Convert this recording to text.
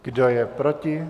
Kdo je proti?